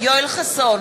יואל חסון,